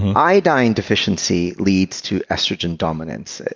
iodine deficiency leads to estrogen dominance.